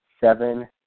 seven